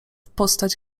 postać